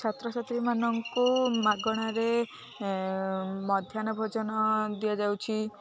ଛାତ୍ର ଛାତ୍ରୀମାନଙ୍କୁ ମାଗଣାରେ ମଧ୍ୟାହ୍ନ ଭୋଜନ ଦିଆଯାଉଛି